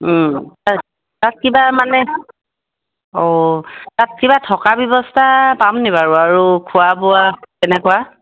তাত কিবা মানে অঁ তাত কিবা থকা ব্যৱস্থা পামনি বাৰু আৰু খোৱা বোৱা তেনেকুৱা